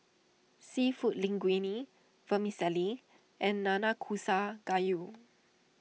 Seafood Linguine Vermicelli and Nanakusa Gayu